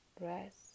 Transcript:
rest